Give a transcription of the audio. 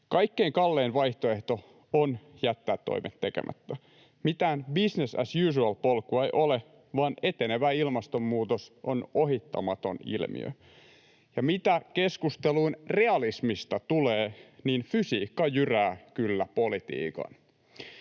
Kaikkein kallein vaihtoehto on jättää toimet tekemättä. Mitään business as usual -polkua ei ole, vaan etenevä ilmastonmuutos on ohittamaton ilmiö. Mitä keskusteluun realismista tulee, niin fysiikka jyrää kyllä politiikan.